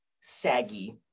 saggy